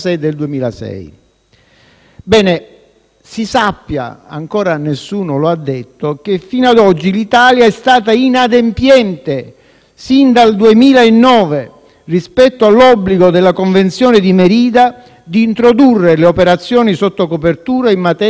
Bene, si sappia - ancora nessuno lo ha detto - che fino ad oggi l'Italia è stata inadempiente, sin dal 2009, rispetto all'obbligo della Convenzione di Merida di introdurre le operazioni sotto copertura in materia di corruzione.